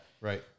right